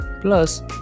Plus